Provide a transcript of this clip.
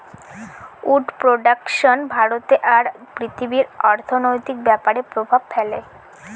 would production ভারতে আর পৃথিবীর অর্থনৈতিক ব্যাপরে প্রভাব ফেলে